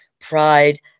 pride